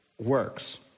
works